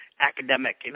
academic